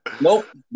Nope